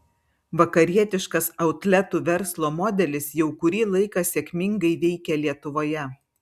vakarietiškas outletų verslo modelis jau kurį laiką sėkmingai veikia lietuvoje